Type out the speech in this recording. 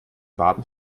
baden